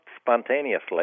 spontaneously